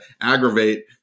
aggravate